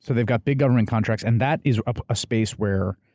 so they've got big government contracts, and that is a space where